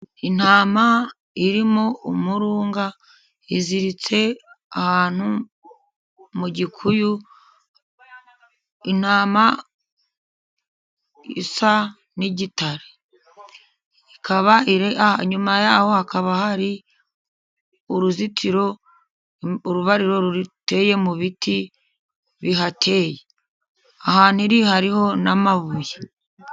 Intama irimo umurunga iziritse ahantu mu gikuyu. Intama isa n'igitare, ikaba iri a inyuma yaho hakaba hari uruzitiro. Urubariro ruri ruteyete mu biti bihateye ahantu iri hariho n'amabuye.